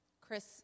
Chris